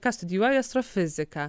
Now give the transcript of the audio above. ką studijuoji astrofiziką